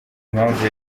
impamvu